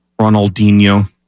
Ronaldinho